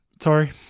sorry